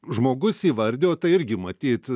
žmogus įvardijo tai irgi matyt